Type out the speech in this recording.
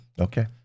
Okay